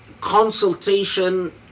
consultation